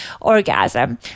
orgasm